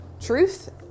truth